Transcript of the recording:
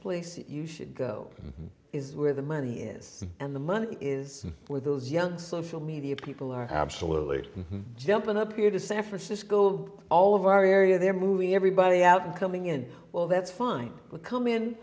place you should go in is where the money is and the money is where those young social media people are absolutely jumping up here to san francisco all of our area they're moving everybody out and coming in well that's fine but come in